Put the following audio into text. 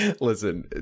Listen